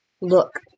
look